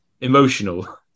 emotional